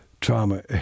trauma